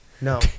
no